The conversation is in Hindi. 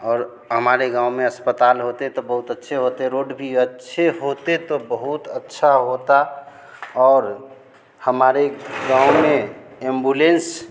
और हमारे गाँव में अस्पताल होते तो बहुत अच्छे होते रोड भी अच्छे होते तो बहुत अच्छा होता और हमारे गाँव में एम्बुलेंस